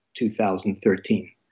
2013